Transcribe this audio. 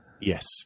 Yes